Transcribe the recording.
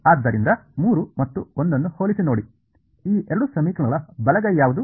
ಆದ್ದರಿಂದ 3 ಮತ್ತು 1 ಅನ್ನು ಹೋಲಿಸಿ ನೋಡಿ ಈ ಎರಡು ಸಮೀಕರಣಗಳ ಬಲಗೈ ಯಾವುದು